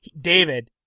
David